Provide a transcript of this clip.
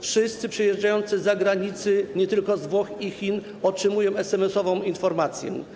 Wszyscy przyjeżdżający z zagranicy, nie tylko z Włoch i Chin, otrzymują SMS-ową informację.